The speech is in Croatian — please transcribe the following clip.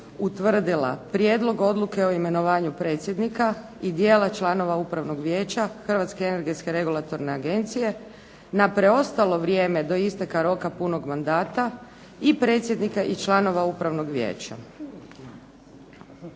utvrdila Prijedlog odluke o imenovanju predsjednika i dijela članova Upravnog vijeća Hrvatske energetske regulatorne agencije na ostalo vrijeme do isteka roka punog mandata i predsjednika i članova upravnog vijeća,